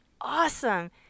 awesome